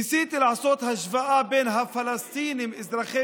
ניסיתי לעשות השוואה בין הפלסטינים אזרחי